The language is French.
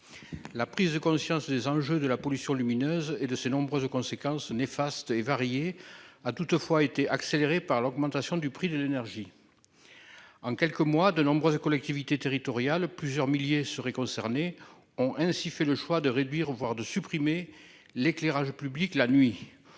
La prise de conscience des enjeux de la pollution lumineuse et de ses nombreuses aux conséquences néfastes et variées a toutefois été accélérée par l'augmentation du prix de l'énergie. En quelques mois de nombreuses collectivités territoriales plusieurs milliers seraient concernés ont ainsi fait le choix de réduire, voire de supprimer l'éclairage public la nuit.